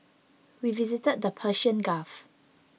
we visited the Persian Gulf